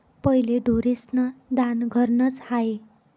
पहिले ढोरेस्न दान घरनंच र्हाये